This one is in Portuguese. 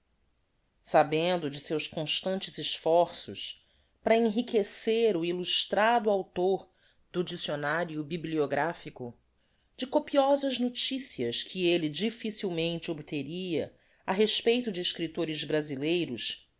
sabendo de seus constantes esforços para enriquecer o illustrado author do diccionario bibliographico de copiosas noticias que elle difficilmente obteria á respeito de escriptores brazileiros